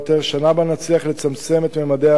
שנה שבה נצליח לצמצם את ממדי האבטלה